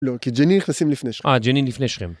לא, כי ג'נין נכנסים לפני שכם. אה, ג'נין לפני שכם.